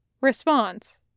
Response